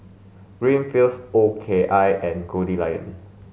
Greenfields O K I and Goldlion